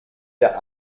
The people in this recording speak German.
der